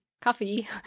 coffee